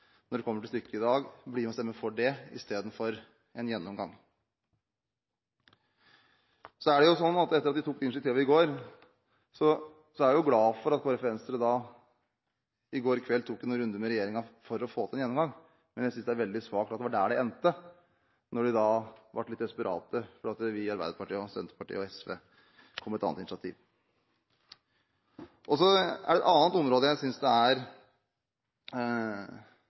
når det kommer til stykket, i dag blir med og stemmer for det istedenfor å stemme for en gjennomgang. Etter at vi tok initiativet i går, er jeg glad for at Kristelig Folkeparti og Venstre i går tok en runde med regjeringen for å få til en gjennomgang, men jeg synes det er veldig svakt at det var der det endte når de ble litt desperate fordi vi i Arbeiderpartiet, Senterpartiet og SV kom med et annet initiativ. Så er det et annet område hvor jeg synes det er forunderlig hvilket selskap Kristelig Folkeparti og Venstre velger. Det er i diskusjonen rundt taxfree-kvotene – avgiftspolitikken. At det er